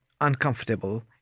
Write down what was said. uncomfortable